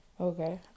okay